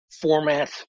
format